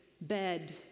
bed